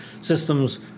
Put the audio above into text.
systems